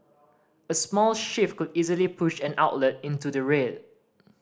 a small shift could easily push an outlet into the red